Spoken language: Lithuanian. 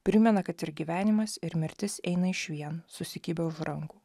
primena kad ir gyvenimas ir mirtis eina išvien susikibę už rankų